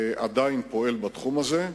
עדיין פועל בתחום הזה,